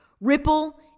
Ripple